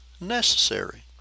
necessary